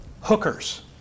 hookers